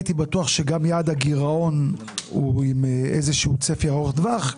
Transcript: בטוח שגם יעד הגירעון הוא עם איזשהו צפי ארוך טווח.